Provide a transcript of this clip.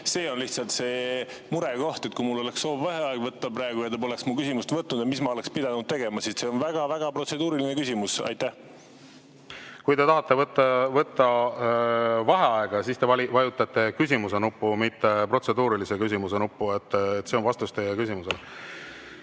on lihtsalt see murekoht. Kui mul oleks soov vaheaeg võtta praegu ja te poleks mu küsimust võtnud, mis ma oleksin pidanud tegema? See on väga protseduuriline küsimus. Kui te tahate võtta vaheaega, siis te vajutate küsimuse nuppu, mitte protseduurilise küsimuse nuppu. See on vastus teie küsimusele.